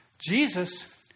Jesus